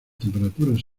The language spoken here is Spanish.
temperaturas